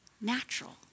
Natural